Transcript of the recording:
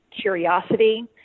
curiosity